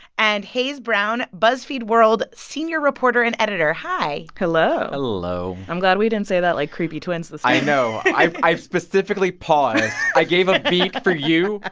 and hayes brown, buzzfeed world senior reporter and editor. hi hello hello i'm glad we didn't say that like creepy twins this time i know i specifically paused i gave a beat for you,